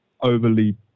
overly